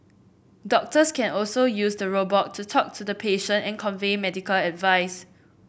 doctors can also use the robot to talk to the patient and convey medical advice